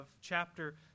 chapter